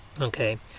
Okay